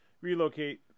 relocate